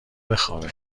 بخوابه